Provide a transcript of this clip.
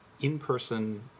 in-person